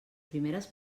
primeres